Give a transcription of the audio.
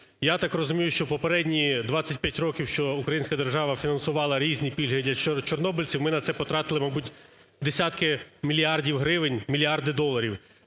Я так розумію, що попередні 25 років, що українська держава фінансувала різні пільги для чорнобильців, ми на це потратили, мабуть, десятки мільярдів гривень, мільярди доларів.